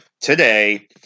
today